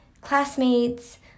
classmates